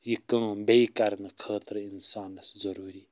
یہِ کٲم بیٚیہِ کرنہٕ خٲطرٕ اِنسانَس ضٔروٗری